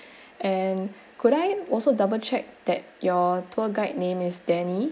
and could I also double check that your tour guide name is danny